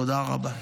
תודה רבה.